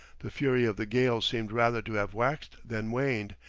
the fury of the gale seemed rather to have waxed than waned,